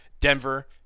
Denver